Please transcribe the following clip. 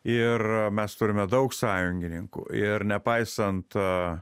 ir mes turime daug sąjungininkų ir nepaisant